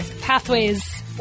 pathways